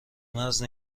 مرز